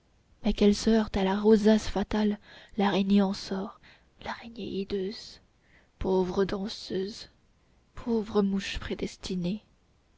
qu'elle se heurte à la rosace fatale l'araignée en sort l'araignée hideuse pauvre danseuse pauvre mouche prédestinée